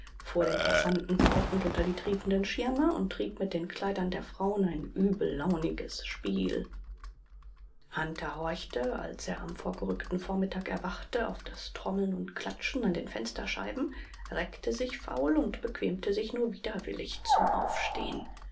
fuhr den passanten fauchend unter die triefenden schirme und trieb mit den kleidern der frauen ein übellauniges spiel hunter horchte als er am vorgerückten vormittag erwachte auf das trommeln und klatschen an den fensterscheiben reckte sich faul und bequemte sich nur widerwillig zum aufstehen